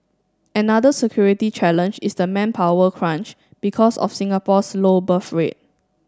another security challenge is the manpower crunch because of Singapore's low birth rate